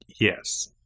Yes